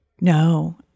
no